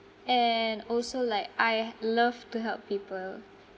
and also like I he~ love to help people